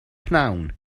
pnawn